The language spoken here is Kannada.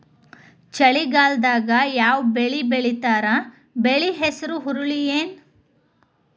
ಚಳಿಗಾಲದಾಗ್ ಯಾವ್ ಬೆಳಿ ಬೆಳಿತಾರ, ಬೆಳಿ ಹೆಸರು ಹುರುಳಿ ಏನ್?